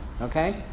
Okay